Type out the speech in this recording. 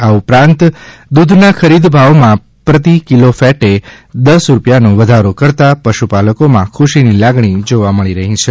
આ ઉપરાંત દૂધના ખરીદ ભાવમાં પ્રતિ કિલો ફેટે દશ રૂપિયાનો વધારો કરતાં પશુપાલકોમાં ખુશીની લાગણી જોવા મળી રહી છે